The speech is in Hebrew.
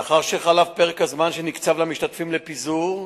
לאחר שחלף פרק הזמן שנקצב למשתתפים לפיזור,